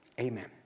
amen